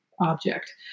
object